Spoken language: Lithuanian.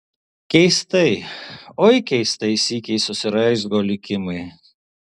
keistai oi keistai sykiais susiraizgo likimai